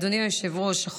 אדוני היושב-ראש,